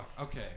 Okay